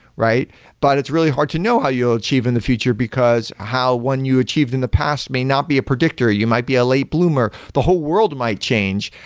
but it's really hard to know how you will achieve in the future, because how one you achieved in the past may not be a predictor. you might be a late bloomer. the whole world might change,